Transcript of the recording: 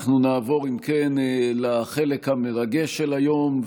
אנחנו נעבור, אם כן, לחלק המרגש של היום.